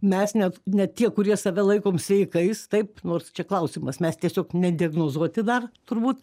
mes net ne tie kurie save laikom sveikais taip nors čia klausimas mes tiesiog nediagnozuoti dar turbūt